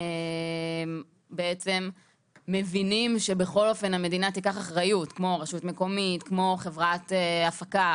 למשל רשות מקומית או חברת הפקה